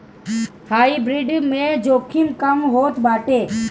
hybrid में जोखिम कम होत बाटे